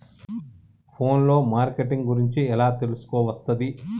Phone లో marketing గురించి ఎలా తెలుసుకోవస్తది?